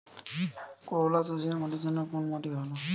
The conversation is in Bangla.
করলা চাষের জন্য কোন মাটি ভালো?